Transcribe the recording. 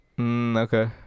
Okay